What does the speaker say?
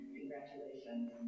Congratulations